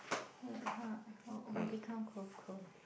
become cold cold lah